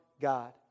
God